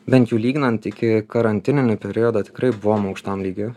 bent jai lyginant ikikarantininio periodo tikrai buvom aukštam lygy